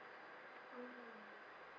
oh